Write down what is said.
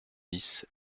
dix